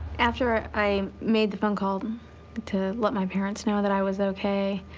after i made the phone call to let my parents know that i was ok,